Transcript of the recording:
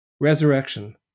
resurrection